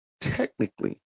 technically